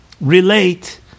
relate